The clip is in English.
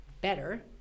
better